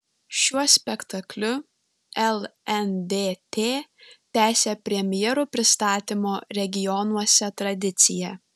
šiuo spektakliu lndt tęsia premjerų pristatymo regionuose tradiciją